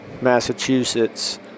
Massachusetts